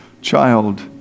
child